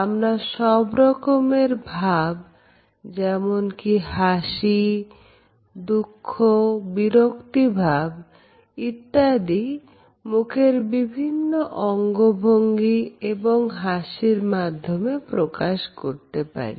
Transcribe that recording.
আমরা সব রকমের ভাব যেমন কি হাসি দুঃখ বিরক্তিভাব ইত্যাদি মুখের বিভিন্ন অঙ্গভঙ্গি এবং হাসির মাধ্যমে প্রকাশ করতে পারি